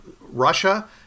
Russia